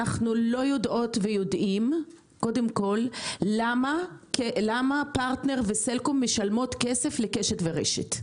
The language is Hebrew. אנחנו לא יודעות ויודעים למה פרטנר וסלקום משלמות כסף לקשת ורשת.